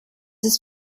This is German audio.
ist